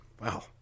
Wow